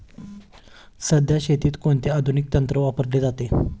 सध्या शेतीत कोणते आधुनिक तंत्र वापरले जाते?